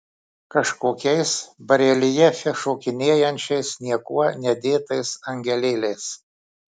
kažkokiais bareljefe šokinėjančiais niekuo nedėtais angelėliais